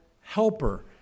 helper